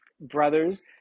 brothers